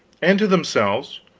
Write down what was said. and to themselves,